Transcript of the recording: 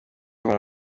bumva